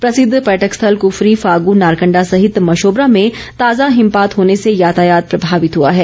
प्रसिद्ध पर्यटक स्थल क्फरी फागू नारकंडा सहित मशोबरा और खिड़की में ताजा हिमपात होर्ने से यातायात प्रभावित हुआ है